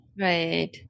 Right